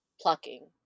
Plucking